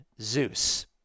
Zeus